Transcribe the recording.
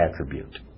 attribute